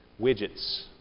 widgets